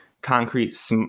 concrete